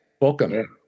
Welcome